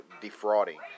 defrauding